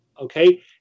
Okay